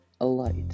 alight